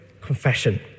confession